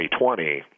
2020